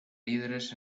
líderes